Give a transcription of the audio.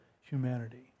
humanity